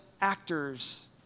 actors